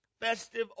festive